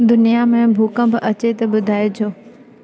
दुनिया में भूकंप अचे त ॿुधाइजो